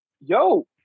yo